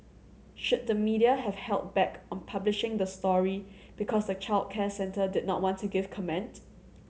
should the media have held back on publishing the story because the childcare centre did not want to give comment